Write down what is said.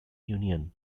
union